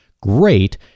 great